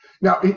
Now